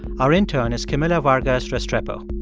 our intern is camila vargas-restrepo.